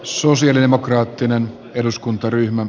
arvoisa puhemies